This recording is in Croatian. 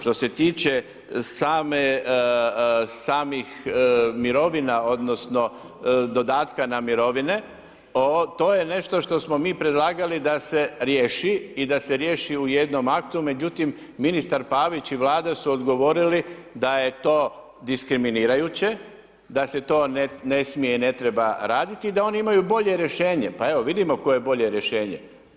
Što se tiče samih mirovina odnosno dodatka na mirovine, to je nešto što smo mi predlagali da se riješi i da se riješi u jednom aktu međutim ministar Pavić i Vlada su odgovorili da je to diskriminirajuće, da se to ne smije i ne treba raditi i da oni imaju bolje rješenje, pa evo vidimo koje je bolje rješenje.